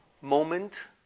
moment